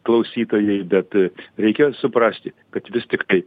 klausytojai bet reikia suprasti kad vis tiktai